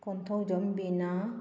Konthoujam Bina